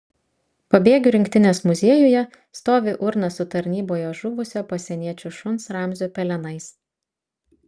pabėgių rinktinės muziejuje stovi urna su tarnyboje žuvusio pasieniečių šuns ramzio pelenais